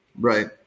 Right